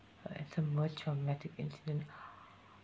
uh it's a most traumatic incident